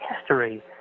history